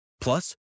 Plus